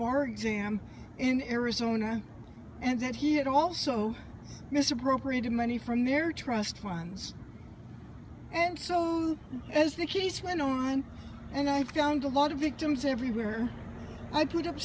bar exam in arizona and that he had also misappropriated money from their trust funds and so as the case went online and i found a lot of victims everywhere i put up